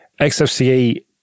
XFCE